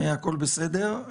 הכול בסדר.